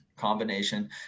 Combination